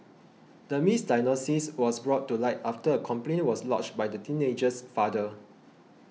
the misdiagnosis was brought to light after a complaint was lodged by the teenager's father